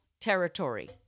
territory